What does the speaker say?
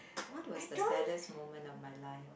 what was the saddest moment of my life